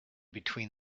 between